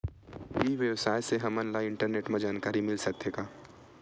ई व्यवसाय से हमन ला इंटरनेट मा जानकारी मिल सकथे का?